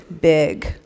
big